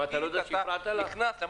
תתקשר, תגיד, אתה נכנס --- הפרעת לה.